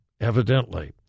evidently